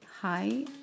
Hi